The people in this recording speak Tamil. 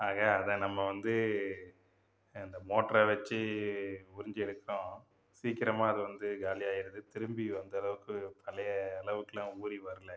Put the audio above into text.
ஆக அதை நம்ம வந்து இந்த மோட்டரை வச்சு உறிஞ்சி எடுக்கிறோம் சீக்கிரமாக அது வந்து காலி ஆயிடுது திரும்பி அந்தளவுக்கு பழைய அளவுக்குலாம் ஊறி வரலை